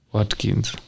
Watkins